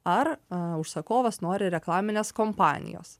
ar užsakovas nori reklaminės kompanijos